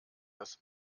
das